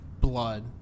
blood